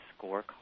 scorecard